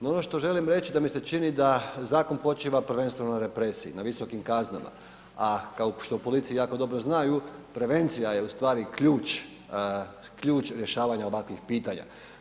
No ono što želim reći da mi se čini da zakon počiva prvenstveno na represiji, na visokim kaznama a kao što u policiji jako dobro znaju prevencija je ustvari ključ, ključ rješavanja ovakvih pitanja.